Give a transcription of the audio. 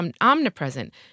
omnipresent